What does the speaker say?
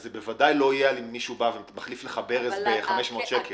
זה ודאי לא יהיה שמישהו מחליף לך ברז ב-500 שקל.